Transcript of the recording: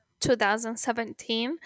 2017